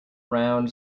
round